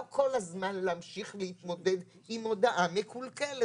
כל הזמן להמשיך להתמודד עם הודעה מקולקלת.